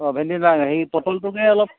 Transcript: অঁ ভেন্দিটো নালাগে হেৰি পটলটোকে অলপ